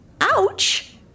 ouch